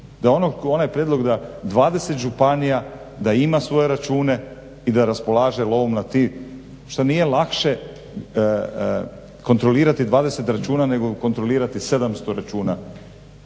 da onaj prijedlog da 20 županija da ima svoje račune i da raspolaže lovom …. Šta nije lakše kontrolirati 20 računa nego kontrolirati 700 računa.